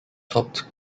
topped